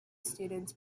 students